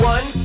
One